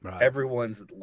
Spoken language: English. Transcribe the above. everyone's